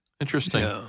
interesting